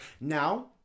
Now